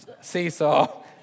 Seesaw